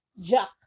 jack